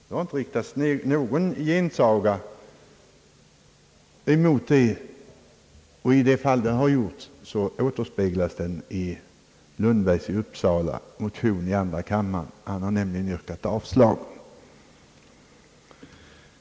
Det har inte riktats någon gensaga emot det påståendet, och i den mån det har förelegat en annan upp fattning, kan det återspeglas i den motion, som väckts av herr Lundberg i andra kammaren — han har nämligen yrkat avslag.